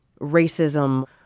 racism